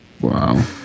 Wow